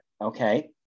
Okay